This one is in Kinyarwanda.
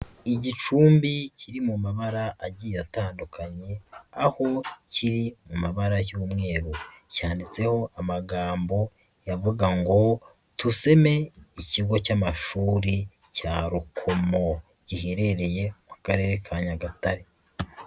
Igicumbi kiri mu mabara agiye atandukanye, aho kiri mu mabara y'umweru. Cyanditseho amagambo avuga ngo tuseme ikigo cy'amashuri cya Rukomo. Giherereye mu Karere ka Nyagatare.